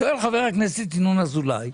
שואל חבר הכנסת ינון אזולאי,